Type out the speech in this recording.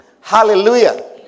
Hallelujah